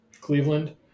Cleveland